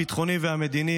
הביטחוני והמדיני,